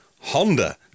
Honda